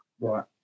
right